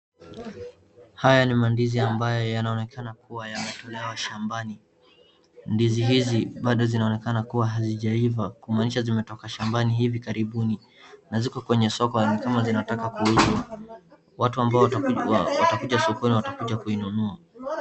Haya ni mandizi ambayo yanaonekana kuwa yametolewa shambani. Mandizi hizi bado zinaonekana kuwa hazijaiva. Kumaanisha zimetoka shambani hivi karibuni na ziko kwenye soko, inaonekana zinataka kuuzwa. Watu ambao watakuja sokoni watakuja kuinunua.